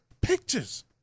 pictures